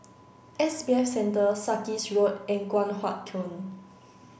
S B F Center Sarkies Road and Guan Huat Kiln